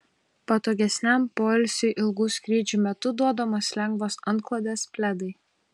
patogesniam poilsiui ilgų skrydžių metu duodamos lengvos antklodės pledai